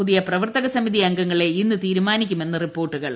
പുതിയ പ്രവർത്തക സമിതി അംഗങ്ങളെ ഇന്ന് തീരുമാനിക്കുമെന്ന് റിപ്പോർട്ടുകൾ